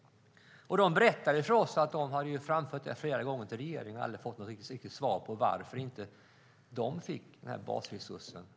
De berättade för oss att de har framfört frågan om varför de inte får den här basresursen till regeringen flera gånger men aldrig fått något riktigt svar.